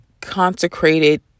consecrated